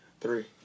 Three